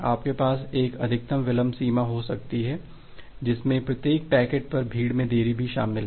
आपके पास एक अधिकतम विलंब सीमा हो सकती है जिसमें प्रत्येक पैकेट पर भीड़ में देरी भी शामिल है